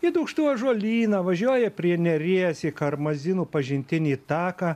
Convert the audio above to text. į dūkštų ąžuolyną važiuoja prie neries į karmazinų pažintinį taką